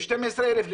12,000,